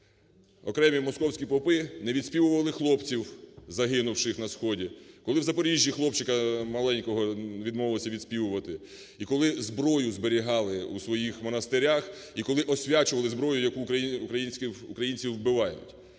окремі московські попи не відспівували хлопців, загинувших на сході. Коли в Запоріжжі хлопчика маленького відмовилися відспівувати. І коли зброю зберігали у своїх монастирях, і коли освячували зброю, яка українців вбиває.